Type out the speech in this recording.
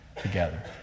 together